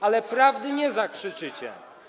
Ale prawdy nie zakrzyczycie.